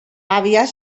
aviat